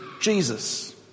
Jesus